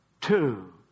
two